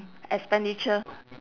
expenditure